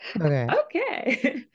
Okay